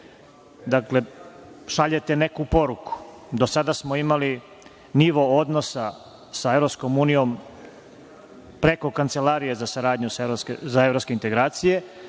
dakle, šaljete neku poruku. Do sada smo imali nivo odnosa sa EU preko Kancelarije za saradnju za evropske integracije